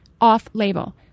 off-label